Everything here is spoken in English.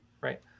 right